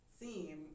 theme